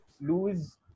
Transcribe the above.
lose